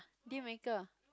deal maker